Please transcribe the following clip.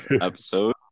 episode